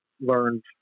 learned